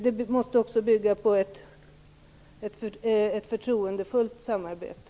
Det måste vara ett förtroendefullt samarbete.